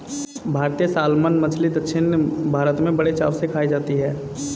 भारतीय सालमन मछली दक्षिण भारत में बड़े चाव से खाई जाती है